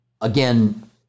Again